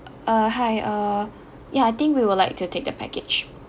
uh hi uh yeah I think we will like to take the package